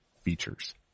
features